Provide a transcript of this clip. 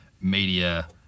media